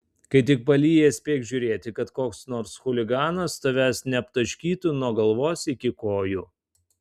kai tik palyja spėk žiūrėti kad koks nors chuliganas tavęs neaptaškytų nuo galvos iki kojų